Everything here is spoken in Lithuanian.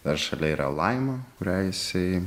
dar šalia yra laima kurią jisai